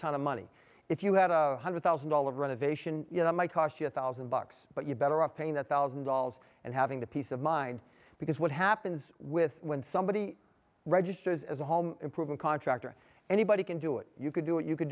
ton of money if you had a one hundred thousand dollars renovation that might cost you a thousand bucks but you're better off paying that thousand dollars and having the peace of mind because what happens with when somebody registers as a home improvement contractor anybody can do it you could do it you c